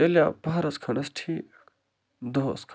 چَلاو پٔہرس کھنڈس ٹھیٖک دۄہس کھنڈس